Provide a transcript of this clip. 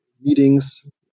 meetings